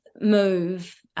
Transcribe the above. move